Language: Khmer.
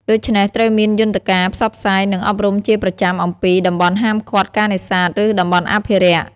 ដូច្នេះ ត្រូវមានយន្តការផ្សព្វផ្សាយ និងអប់រំជាប្រចាំអំពី តំបន់ហាមឃាត់ការនេសាទ ឬតំបន់អភិរក្ស។